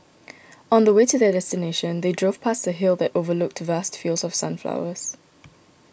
on the way to their destination they drove past a hill that overlooked vast fields of sunflowers